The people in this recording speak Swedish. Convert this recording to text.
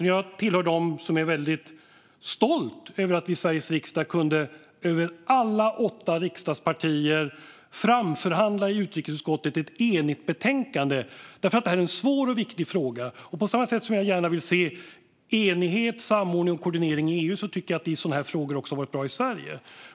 Jag hör till dem som är stolta över att vi i Sveriges riksdag över alla åtta riksdagspartier kunde framförhandla i utrikesutskottet ett enigt betänkande. Det här är en svår och viktig fråga, och den enighet, samordning och koordinering som jag gärna vill se i EU tycker jag har varit bra i sådana här frågor också i Sverige.